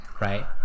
right